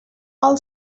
all